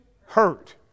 hurt